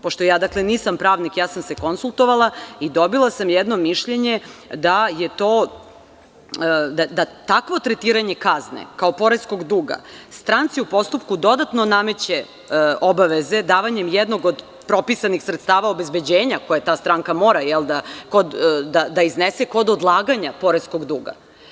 Pošto nisam pravnik, ja sam se konsultovala i dobila sam mišljenje da takvo tretiranje kazne kao poreskog duga stranci u postupku dodatno nameće obaveze davanjem jednog od propisanih sredstava obezbeđenja koje ta stranka mora da iznese kod odlaganja poreskog duga.